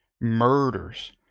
murders